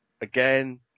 again